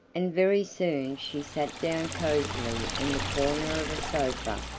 and very soon she sat down cosily in the corner of a sofa,